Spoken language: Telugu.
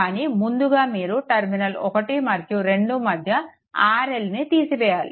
కానీ ముందుగా మీరు టర్మినల్ 1 మరియు 2 మధ్య RLను తీసివేయాలి